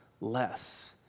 less